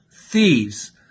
thieves